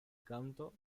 canto